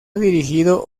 dirigido